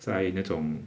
在那种